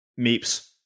Meeps